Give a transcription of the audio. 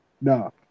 no